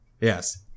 Yes